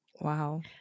wow